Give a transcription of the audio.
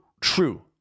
true